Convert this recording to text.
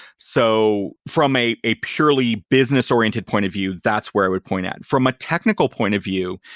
so from a a purely business-oriented point of view, that's where i would point at. from a technical point of view,